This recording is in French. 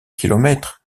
kilomètres